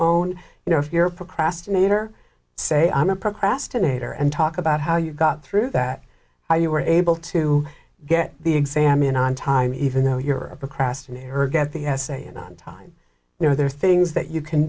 own you know if you're procrastinator say i'm a procrastinator and talk about how you got through that how you were able to get the exam in on time even though you're a procrastinator get the essay in on time you know there are things that you can